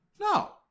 No